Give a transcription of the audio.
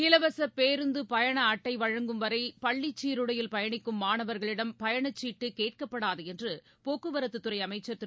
இலவசபேருந்துபயணஅட்டைவழங்கும் வரைபள்ளிச் சீருடையில் பயணிக்கும் மாணவர்களிடம் பயணச்சீட்டுகேட்கப்படாதுஎன்றுபோக்குவரத்துத்துறைஅமைச்சர் திரு